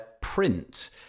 print